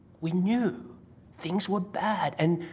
we knew things were bad, and,